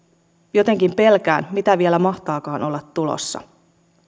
jotenkin pelkään mitä vielä mahtaakaan olla tulossa